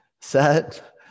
Set